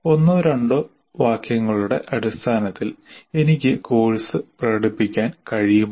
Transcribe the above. ഒന്നോ രണ്ടോ വാക്യങ്ങളുടെ അടിസ്ഥാനത്തിൽ എനിക്ക് കോഴ്സ് പ്രകടിപ്പിക്കാൻ കഴിയുമോ